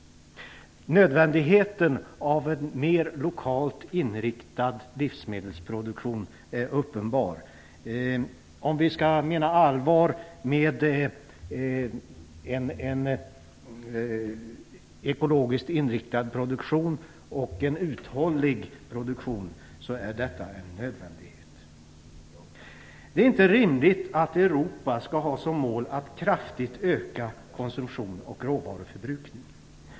Nödvändigheten av en mer lokalt inriktad livsmedelsproduktion är uppenbar, om vi menar allvar med talet om att det skall vara en ekologiskt inriktad och uthållig produktion. Det är inte rimligt att Europa skall ha som mål att kraftigt öka konsumtionen och råvaruförbrukningen.